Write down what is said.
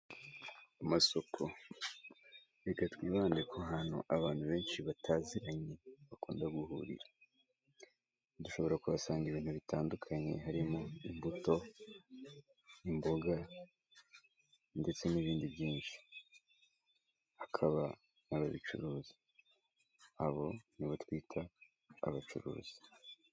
Amasoko, reka twibande ku hantu abantu benshi bataziranye bakunda guhurira dushobora kuhasanga ibintu bitandukanye harimo imbuto n'imboga ndetse n'ibindi byinshi hakaba ababicuruza, abo nibo twita abacuruzi.